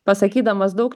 pasakydamas daug